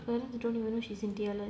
her parents don't even know she's in T_L_S